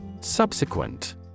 Subsequent